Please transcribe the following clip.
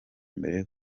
mbere